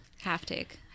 Half-take